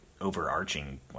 overarching